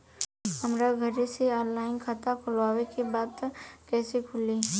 हमरा घरे से ऑनलाइन खाता खोलवावे के बा त कइसे खुली?